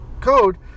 code